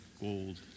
gold